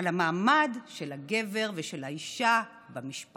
על המעמד של הגבר ושל האישה במשפחה,